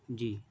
جی